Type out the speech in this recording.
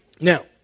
Now